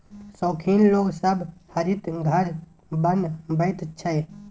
शौखीन लोग सब हरित घर बनबैत छै